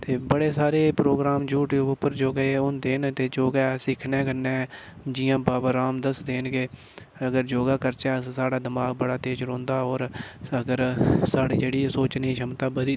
ते बड़े सारें प्रोग्राम यू्ट्यूब पर योगा दे होंदे न ते योगा सिक्खने कन्नै जियां बाबा राम दसदे न कि अगर योगा करचै अस साढ़ा दमाग बड़ा तेज रौंह्दा ऐ होर अगर साढ़ी जेह्ड़ी सोचने दी क्षमता बधी